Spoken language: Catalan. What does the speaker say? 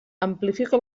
amplifica